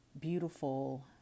beautiful